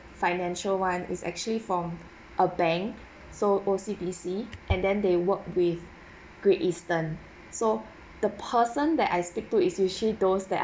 financial one is actually from a bank so O_C_B_C and then they work with great eastern so the person that I speak to is usually those that